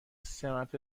سمت